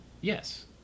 Yes